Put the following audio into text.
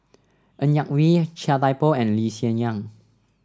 Ng Yak Whee Chia Thye Poh and Lee Hsien Yang